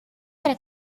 para